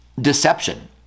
deception